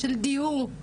של דיור,